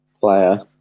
player